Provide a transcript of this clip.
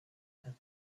have